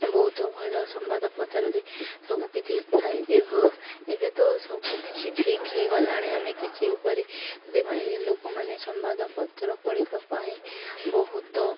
ବହୁତ ଭଲ ସମ୍ବାଦ ପତ୍ରରେ ସବୁ କିିଛି ଥାଏ ଏବେ ଏବେ ତ ସବୁକିଛି ଫେକ୍ ହେଇ ଗଲାଣି ଆମେ କିଛି ଉପରେ ସେଥିପାଇଁ ଲୋକମାନେ ସମ୍ବାଦ ପତ୍ର ପଢ଼ିବା ପାଇଁ ବହୁତ